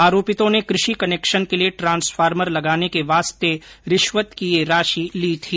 आरोपितों ने कृषि कनेक्शन के लिए ट्रांसफार्मर लगाने के वास्ते रिश्वत की ये राशि ली थी